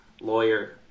lawyer